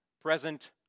present